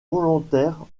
volontaire